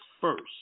first